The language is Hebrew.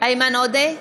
איימן עודה,